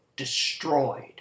Destroyed